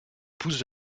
pousse